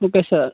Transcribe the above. okay sir